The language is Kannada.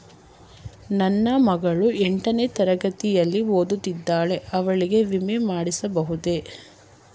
ನನ್ನ ಮಗಳು ಎಂಟನೇ ತರಗತಿಯಲ್ಲಿ ಓದುತ್ತಿದ್ದಾಳೆ ಅವಳಿಗೆ ವಿಮೆ ಮಾಡಿಸಬಹುದೇ?